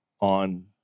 on